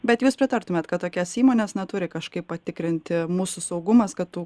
bet jūs pritartumėt kad tokias įmones na turi kažkaip patikrinti mūsų saugumas kad tų